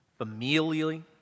familially